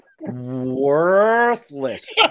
Worthless